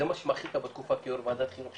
זה מה שמחית עליו בתקופה שהיית יו"ר ועדת החינוך,